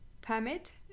permit